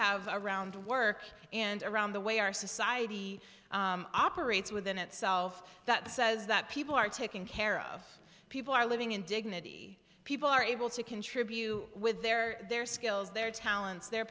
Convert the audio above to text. have around work around the way our society operates within itself that says that people are taken care of people are living in dignity people are able to contribute with their their skills their talents their